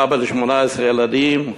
האבא ל-18 ילדים,